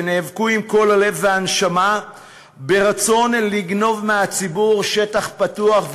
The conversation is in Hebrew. ונאבקו עם כל הלב והנשמה ברצון לגנוב מהציבור שטח פתוח,